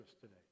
today